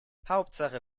hauptsache